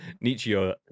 Nietzsche